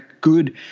good –